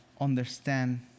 understand